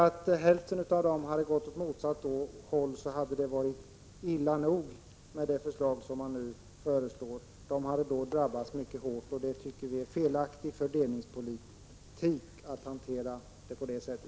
Om hälften av fallen hade gått åt motsatt håll hade det varit illa nog med det förslag som nu läggs fram — de skulle ha drabbats mycket hårt om en omprövning inte gjordes när inkomsten minskade. Detta är en felaktig fördelningspolitik. Det borde socialdemokraterna inse.